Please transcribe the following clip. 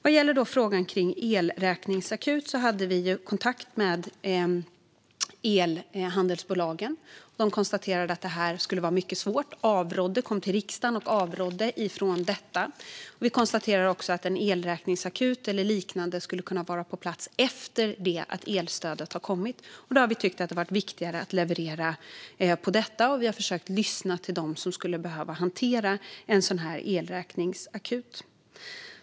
Vad gäller frågan om en elräkningsakut hade vi kontakt med elhandelsbolagen, som konstaterade att det skulle bli mycket svårt. De kom till riksdagen och avrådde från det. Vi konstaterar också att en elräkningsakut eller liknande skulle ha kunnat vara på plats efter det att elstödet har kommit, och då tyckte vi att det var viktigare att leverera på elstödet. Vi har också försökt lyssna till dem som skulle behöva hantera en sådan elräkningsakut.